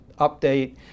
update